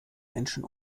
menschen